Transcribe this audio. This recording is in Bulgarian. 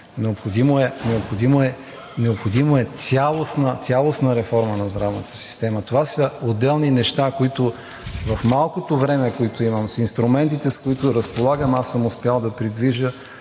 необходимо е цялостна реформа на здравната система. Това са отделни неща, които в малкото време, което имам, с инструментите, с които разполагам, аз съм успял да придвижа